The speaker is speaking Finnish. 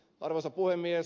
arvoisa puhemies